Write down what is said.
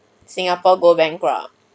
singapore go bankrupt